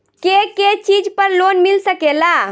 के के चीज पर लोन मिल सकेला?